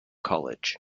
college